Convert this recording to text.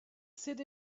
sit